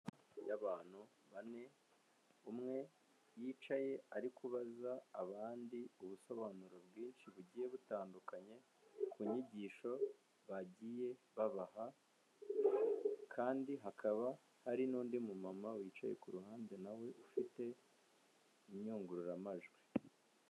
Y'abantu bane umwe yicaye ari kubaza abandi ubusobanuro bwinshi bugiye butandukanye ku nyigisho bagiye babaha kandi hakaba hari n'undi mu mama wicaye ku ruhande nawe ufite inyunguramajwi.